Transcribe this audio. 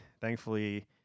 thankfully